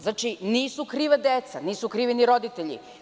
Znači, nisu kriva deca, nisu krivi ni roditelji.